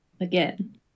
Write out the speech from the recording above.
again